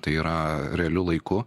tai yra realiu laiku